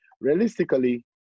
realistically